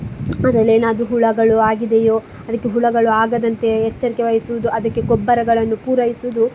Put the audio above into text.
ಅದರಲ್ಲೆನಾದ್ರು ಹುಳಗಳು ಆಗಿದೆಯೊ ಅದಕ್ಕೆ ಹುಳಗಳು ಆಗದಂತೆ ಎಚ್ಚರಿಕೆ ವಹಿಸೋದು ಅದಕ್ಕೆ ಗೊಬ್ಬರಗಳನ್ನು ಪೂರೈಸೋದು